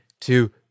two